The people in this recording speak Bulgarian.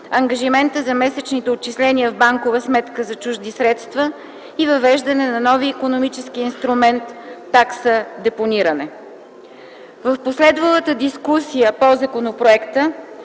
ангажимента за месечните отчисления в банкова сметка за чужди средства и въвеждане на новия икономически инструменти – такса депониране. В последвалата дискусия по законопроекта